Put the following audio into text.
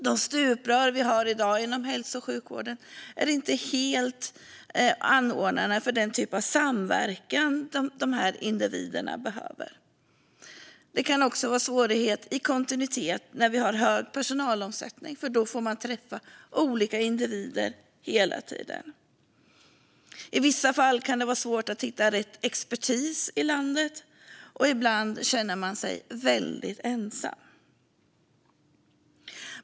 De stuprör vi har i dag inom hälso och sjukvården är inte helt anpassade för den typ av samverkan som dessa individer behöver. Det kan också vara svårigheter med kontinuitet när vi har hög personalomsättning. Då får man träffa olika individer hela tiden. I vissa fall kan det vara svårt att hitta rätt expertis i landet, och ibland känner man sig väldigt ensam.